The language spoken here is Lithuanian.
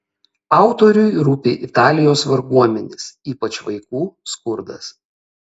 autoriui rūpi italijos varguomenės ypač vaikų skurdas